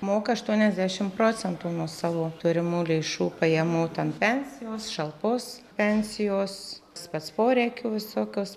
moka aštuoniasdešim procentų nuo savo turimų lėšų pajamų ten pensijos šalpos pensijos spec poreikių visokios